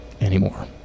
anymore